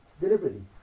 deliberately